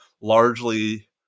largely